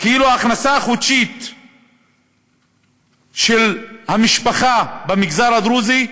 כאילו ההכנסה החודשית של המשפחה במגזר הדרוזי היא